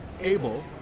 able